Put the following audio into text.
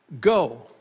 go